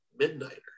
Midnighter